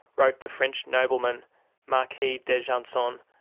wrote the french nobleman marquis d'argenson,